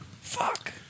Fuck